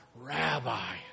rabbi